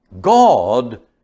God